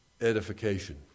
Edification